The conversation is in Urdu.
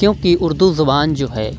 کیوں کہ اردو زبان جو ہے